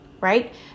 right